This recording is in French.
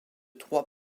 trois